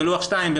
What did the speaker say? בלוח 2,